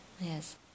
yes